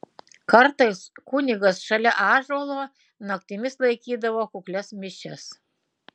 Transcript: kartais kunigas šalia ąžuolo naktimis laikydavo kuklias mišias